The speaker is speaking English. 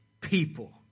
people